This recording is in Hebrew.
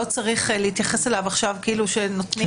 לא צריך להתייחס עכשיו כאילו שנותנים